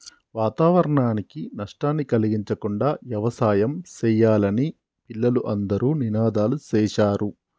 వాతావరణానికి నష్టాన్ని కలిగించకుండా యవసాయం సెయ్యాలని పిల్లలు అందరూ నినాదాలు సేశారు